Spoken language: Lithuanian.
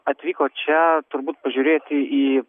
atvyko čia turbūt pažiūrėti į